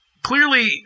Clearly